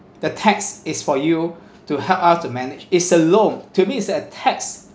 the tax is for you to help us to manage is a loan to me is that tax